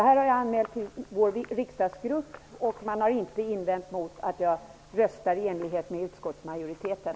Jag har anmält till min riksdagsgrupp hur jag tänker rösta, och man har inte invänt emot att jag tänker rösta i enlighet med utskottsmajoriteten.